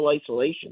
isolation